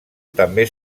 també